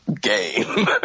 game